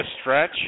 stretch